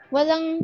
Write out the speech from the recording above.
Walang